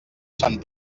sant